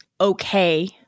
okay